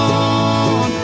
on